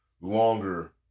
longer